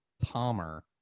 Palmer